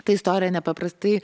ta istorija nepaprastai